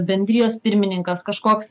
bendrijos pirmininkas kažkoks